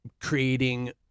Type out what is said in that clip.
creating